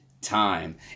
time